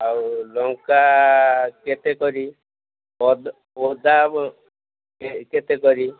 ଆଉ ଲଙ୍କା କେତେ କରି ଅଦା ବ କେ କେତେ କରି